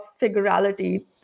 figurality